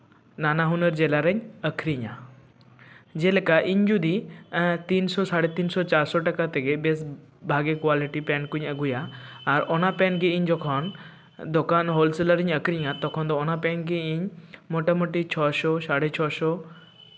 ᱱᱟᱱᱟᱦᱩᱱᱟᱹᱨ ᱡᱮᱞᱟ ᱨᱤᱧ ᱟᱹᱠᱷᱨᱤᱧᱟ ᱡᱮᱞᱮᱠᱟ ᱤᱧ ᱡᱩᱫᱤ ᱛᱤᱱᱥᱚ ᱪᱟᱨᱥᱚ ᱥᱟᱲᱮ ᱪᱟᱨᱥᱚ ᱴᱟᱠᱟ ᱛᱮᱜᱮ ᱵᱮᱥ ᱵᱷᱟᱜᱮ ᱠᱳᱣᱟᱞᱤᱴᱤ ᱯᱮᱱᱴ ᱠᱚᱧ ᱟᱹᱜᱩᱭᱟ ᱚᱱᱟ ᱯᱮᱱᱴ ᱜᱮ ᱤᱧ ᱡᱚᱠᱷᱚᱱ ᱫᱚᱠᱟᱱ ᱦᱳᱞ ᱥᱮᱞᱟᱨᱤᱧ ᱟᱹᱠᱷᱨᱤᱧᱟ ᱛᱚᱠᱷᱚᱱ ᱫᱚ ᱚᱱᱟ ᱯᱮᱱᱴ ᱜᱮ ᱤᱧ ᱢᱳᱴᱟᱢᱩᱴᱤ ᱪᱷᱚᱥᱚ ᱥᱟᱲᱮ ᱪᱷᱚᱥᱚ